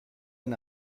n’a